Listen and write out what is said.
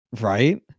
Right